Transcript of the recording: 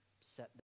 set